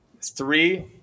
Three